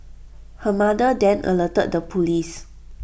her mother then alerted the Police